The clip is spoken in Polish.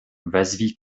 wezwij